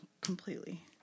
Completely